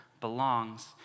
belongs